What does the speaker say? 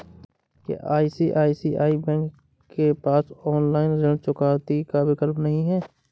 क्या ICICI bank के पास ऑनलाइन ऋण चुकौती का विकल्प नहीं है?